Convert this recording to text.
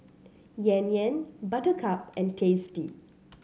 Yan Yan Buttercup and Tasty